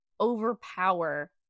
overpower